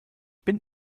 bin